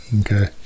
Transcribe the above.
Okay